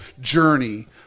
journey